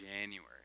January